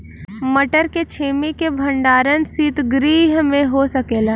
मटर के छेमी के भंडारन सितगृह में हो सकेला?